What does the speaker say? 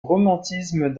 romantisme